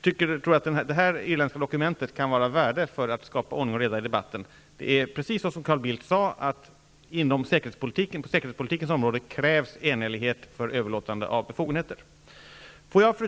Jag tror att detta irländska dokument kan vara av värde för att skapa ordning och reda i debatten. Det är precis på det sätt som Carl Bildt sade, nämligen att det krävs enhällighet på säkerhetspolitikens område för överlåtande av befogenheter. Fru talman!